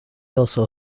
also